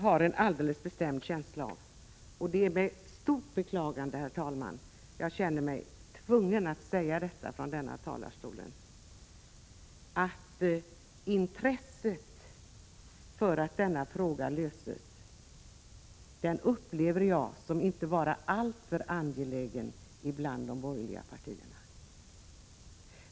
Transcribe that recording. Herr talman! Det är med mycket stort beklagande jag känner mig tvungen att från denna talarstol säga att intresset för att denna fråga löses inte tycks vara alltför angeläget bland de borgerliga partierna.